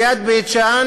ליד בית-שאן,